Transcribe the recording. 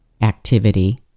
activity